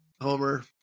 Homer